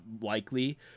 likely